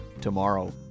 tomorrow